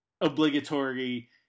obligatory